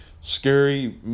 Scary